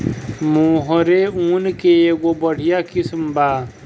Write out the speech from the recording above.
मोहेर ऊन के एगो बढ़िया किस्म बा